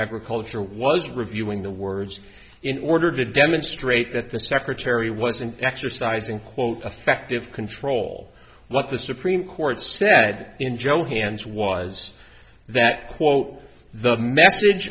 agriculture was reviewing the words in order to demonstrate that the secretary was an exercise in quote affective control what the supreme court said in johannes was that quote the message